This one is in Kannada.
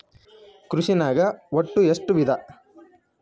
ಕೃಷಿನಾಗ್ ಒಟ್ಟ ಎಷ್ಟ ವಿಧ?